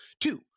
two